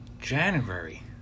January